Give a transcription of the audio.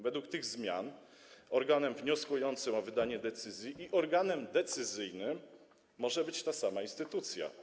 Według tych zmian organem wnioskującym o wydanie decyzji i organem decyzyjnym może być ta sama instytucja.